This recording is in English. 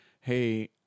hey